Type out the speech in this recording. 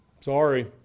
Sorry